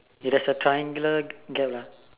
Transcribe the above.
ya there's a triangular gap lah